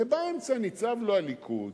ובאמצע ניצב לו הליכוד,